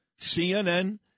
CNN